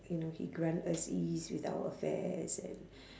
you know he grant us ease with our affairs and